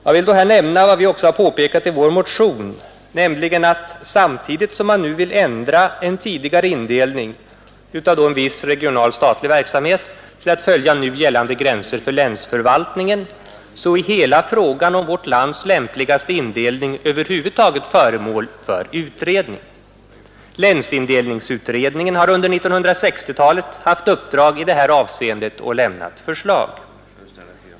Jag vill här nämna vad vi också påpekat i vår motion, nämligen att samtidigt som man nu vill ändra en tidigare indelning av viss regional verksamhet till att följa nu gällande gränser för länsförvaltningen, så är hela den stora frågan om vårt lands lämpligaste indelning föremål för utredning. Länsindelningsutredningen har under 1960-talet haft uppdrag i det här avseendet och lämnat förslag.